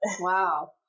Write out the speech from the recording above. Wow